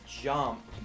jump